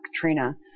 Katrina